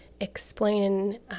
explain